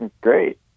Great